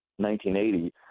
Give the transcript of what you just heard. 1980